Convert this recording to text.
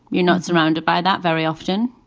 you're not surrounded by that very often.